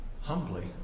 humbly